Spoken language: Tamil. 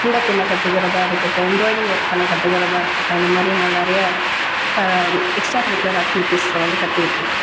கூடை பின்ன கத்துகிறதா இருக்கட்டும் எம்ராய்டிங் ஒர்க் பண்ண கற்றுகிறதா இருக்கட்டும் அந்த மாதிரி இன்னும் நிறையா இப்போ எக்ஸ்ட்ரா கரிக்குலர் ஆக்டிவிட்டீஸ் வந்து கற்றுக்கிட்டுருக்கேன்